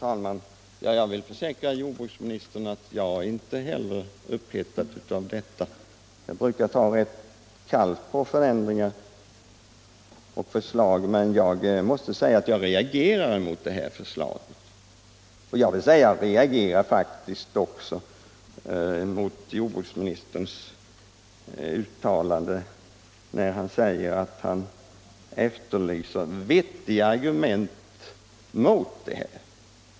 Herr talman! Jag vill försäkra jordbruksministern att jag inte heter är upphettad av detta. Jag brukar ta rätt kallt på förändringar och förslag, men jag måste säga alt jag reagerar mot det här förslaget. Och jag reagerar faktiskt också när jordbruksministern efterlyser vettiga argument mot systemet.